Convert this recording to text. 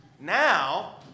Now